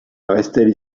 restaient